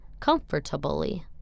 comfortably